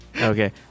Okay